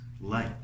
light